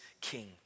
king